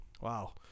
Wow